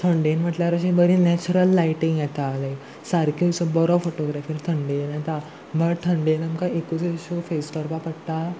थंडेन म्हटल्यार अशी बरी नॅचरल लायटींग येता लायक सारक्यो अश्यो बरो फोटोग्राफी थंडेन येता बट थंडेन आमकां एकूच इश्यो फेस करपा पडटा